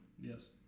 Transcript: yes